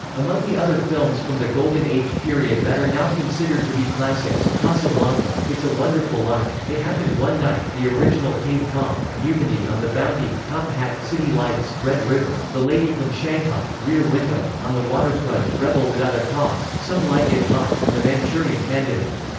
among the other films from the golden age period that are now considered to be classics casablanca, it's a wonderful life, it happened one night, the original king kong, mutiny on the bounty, top hat, city lights, red river, the lady from shanghai, rear window, on the waterfront, rebel without a cause, some like it hot, and the manchurian candidate.